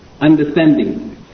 understanding